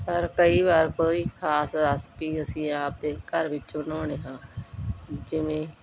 ਪਰ ਕਈ ਵਾਰ ਕੋਈ ਖ਼ਾਸ ਰਾਸਪੀ ਅਸੀਂ ਆਪ ਦੇ ਘਰ ਵਿੱਚ ਬਣਾਉਣੇ ਹਾਂ ਜਿਵੇਂ